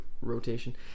rotation